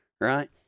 Right